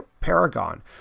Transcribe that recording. Paragon